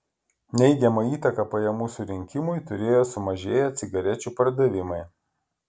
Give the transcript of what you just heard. neigiamą įtaką pajamų surinkimui turėjo sumažėję cigarečių pardavimai